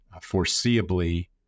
foreseeably